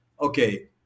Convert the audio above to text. okay